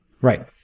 Right